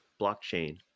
blockchain